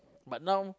but now